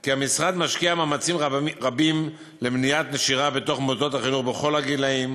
כי המשרד משקיע מאמצים רבים במניעת נשירה בתוך מוסדות החינוך בכל הגילים